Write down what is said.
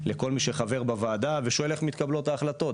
הייתי פונה לכל מי שחבר בוועדה ושואל איך מתקבלות ההחלטות.